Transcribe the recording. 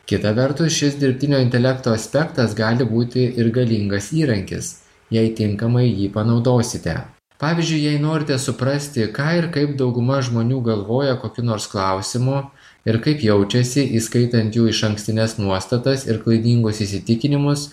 kita vertus šis dirbtinio intelekto aspektas gali būti ir galingas įrankis jei tinkamai jį panaudosite pavyzdžiui jei norite suprasti ką ir kaip dauguma žmonių galvoja kokiu nors klausimu ir kaip jaučiasi įskaitant jų išankstines nuostatas ir klaidingus įsitikinimus